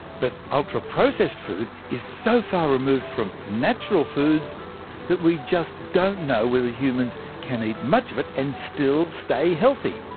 but ultraprocessed food is so far removed from natural foods that we just don't know whether humans can eat much of it and still stay healthy.